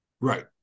Right